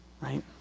Right